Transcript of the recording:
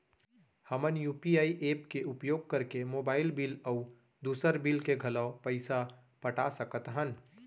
हमन UPI app के उपयोग करके मोबाइल बिल अऊ दुसर बिल के घलो पैसा पटा सकत हन